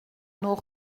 nos